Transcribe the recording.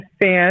fan